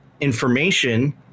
information